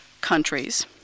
countries